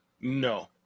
no